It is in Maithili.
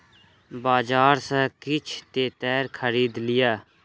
बजार सॅ किछ तेतैर खरीद लिअ